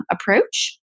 Approach